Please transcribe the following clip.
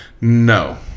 No